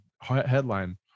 headline